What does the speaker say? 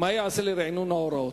3. מה ייעשה לרענון ההוראות?